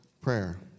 Prayer